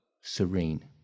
serene